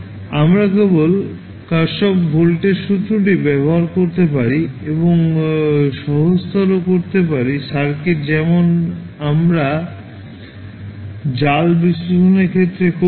আমরা কেবল Kirchhoff voltage lawও ব্যবহার করতে পারি এবং সহজতর করতে পারি সার্কিট যেমন আমরা জাল বিশ্লেষণের ক্ষেত্রে করি